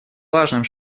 важным